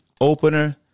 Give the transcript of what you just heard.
opener